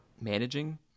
managing